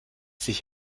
sich